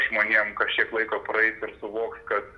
žmonėm kažkiek laiko praeis ir suvoks kad